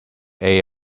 aid